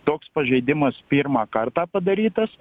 toks pažeidimas pirmą kartą padarytas